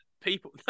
people